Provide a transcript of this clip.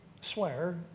swear